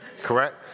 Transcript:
Correct